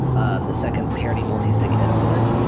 and the second parody multisg incident,